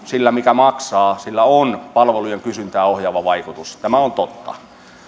minkä maksaa on palvelujen kysyntää ohjaava vaikutus tämä on totta